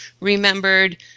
remembered